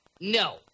No